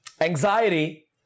anxiety